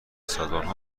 سازمانها